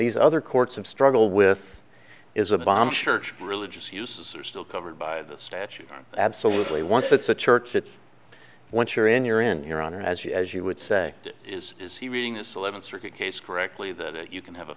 these other courts of struggle with is a bomb shirt religious uses are still covered by the statute absolutely once it's a church it's once you're in you're in your honor as you as you would say is is he reading is eleven circuit case correctly that you can have a